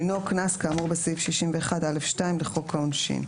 דינו, קנס כאמור בסעיף 61(א)(2) לחוק העונשין,